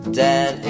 dead